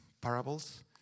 parables